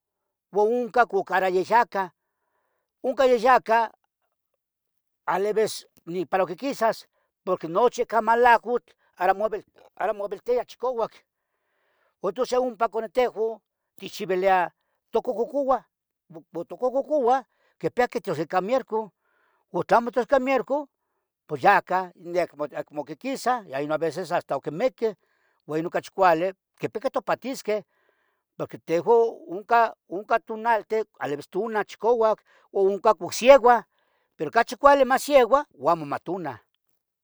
oncan cucarah yehyaca, oncan yahyaca alevis para quiquisas porqui nochi ica malacutl (ruido de garganta) ara moviltia chicavac uan tos yeh ompa conehtihuan tichiviliah tocohcocouah. Tocohcocouah quipia que tias ica mierco pos tla amo tias ica mierco ya ca, acmo quiquisa uan niaveces hasta oc inmiquih uan ocachi cualeh quipia que topahtisqueh porque tehuan oncan tunalten alevis tonah chicauac o oncan pohsieua. Pero ocachi cuali masieua uan amu matuna.